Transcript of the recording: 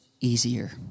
easier